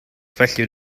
felly